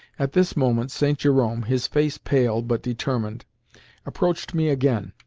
at this moment st. jerome his face pale, but determined approached me again,